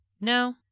No